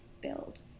build